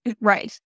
Right